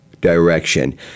direction